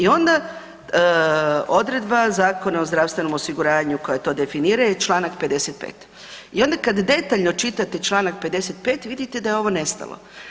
I onda odredba Zakona o zdravstvenom osiguranju koja to definira je čl. 55. i onda kad detaljno čitate čl. 55.vidite da je ovo nestalo.